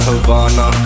Havana